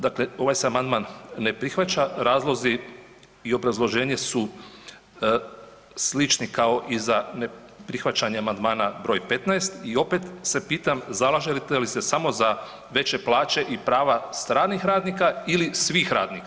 Dakle, ovaj se amandman ne prihvaća, razlozi i obrazloženje su slični kao i za neprihvaćanje amandmana broj 15. i opet se pitam, zalažete li se samo za veće plaće i prava stranih radnika ili svih radnika.